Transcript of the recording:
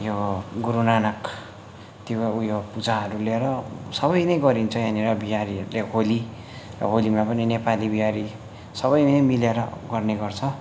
यो गुरुनानक त्यो उयो पूजाहरू लिएर सबै नै गरिन्छ यहाँ बिहारीहरूले होली र होलीमा पनि नेपाली बिहारी सबै मिलेर गर्ने गर्छ